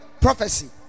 prophecy